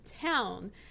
town